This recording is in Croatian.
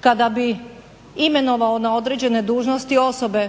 kada bi imenovao na određene dužnosti osobe